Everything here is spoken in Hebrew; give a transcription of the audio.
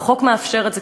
והחוק מאפשר את זה,